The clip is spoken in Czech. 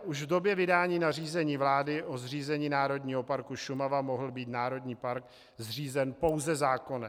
Už v době vydání nařízení vlády o zřízení Národního parku Šumava mohl být národní park zřízen pouze zákonem.